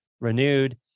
renewed